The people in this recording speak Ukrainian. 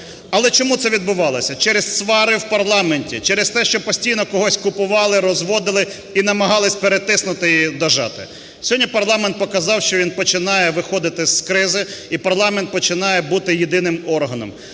Але чому це відбувалося? Через свари в парламенті, через те, що постійно когось купували, розводили і намагались перетиснути і дожати. Сьогодні парламент показав, що він починає виходити з кризи і парламент починає бути єдиним органом.